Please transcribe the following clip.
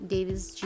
Davis